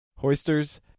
Hoisters